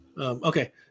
okay